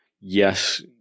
Yes